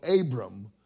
Abram